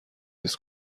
لیست